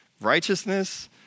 righteousness